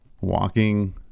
walking